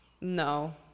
No